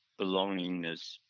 belongingness